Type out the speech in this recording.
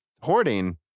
hoarding